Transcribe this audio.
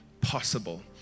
possible